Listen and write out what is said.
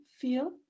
feel